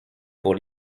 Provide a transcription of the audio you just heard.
pour